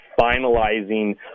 finalizing